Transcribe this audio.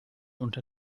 unter